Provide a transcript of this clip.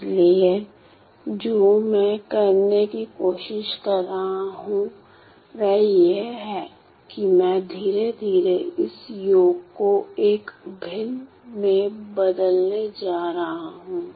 इसलिए जो मैं करने की कोशिश कर रहा हूं वह यह है कि मैं धीरे धीरे इस योग को एक अभिन्न में बदलने जा रहा हूं